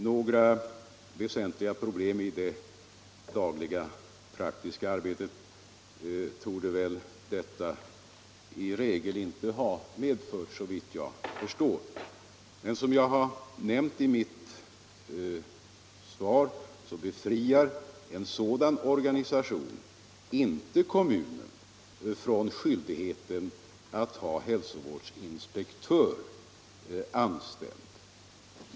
Några väsentliga problem i det dagliga praktiska arbetet torde detta såvitt jag förstår i regel inte ha medfört. Men som jag har nämnt i mitt svar befriar en sådan organisation inte kommunen från skyldigheten att ha hälsovårdsinspektör anställd.